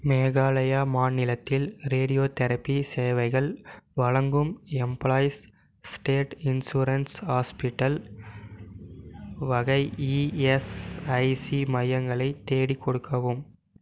மேகாலயா மாநிலத்தில் ரேடியோதெரபி சேவைகள் வழங்கும் எம்ப்ளாயீஸ் ஸ்டேட் இன்சூரன்ஸ் ஹாஸ்பிட்டல் வகை இஎஸ்ஐசி மையங்களை தேடிக் கொடுக்கவும்